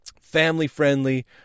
Family-friendly